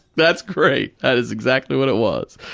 that's great. that is exactly what it was.